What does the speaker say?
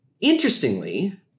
interestingly